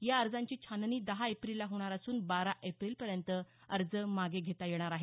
या अर्जांची छाननी दहा एप्रिलला होणार असून बारा एप्रिलपर्यंत अर्ज मागे घेता येणार आहेत